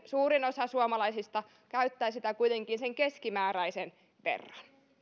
suurin osa suomalaisista käyttää sitä kuitenkin sen keskimääräisen verran